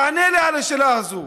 תענה לי על השאלה הזאת.